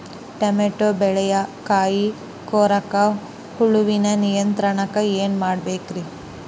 Tomato ಬೆಳೆಯ ಕಾಯಿ ಕೊರಕ ಹುಳುವಿನ ನಿಯಂತ್ರಣಕ್ಕ ಏನ್ ಮಾಡಬೇಕ್ರಿ?